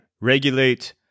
regulate